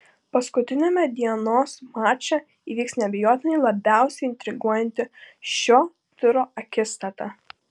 paskutiniame dienos mače įvyks neabejotinai labiausiai intriguojanti šio turo akistata